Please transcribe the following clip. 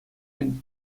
мӗн